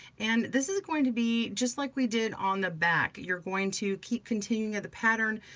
and this is going to be just like we did on the back. you're going to keep continuing of the pattern,